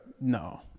No